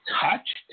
touched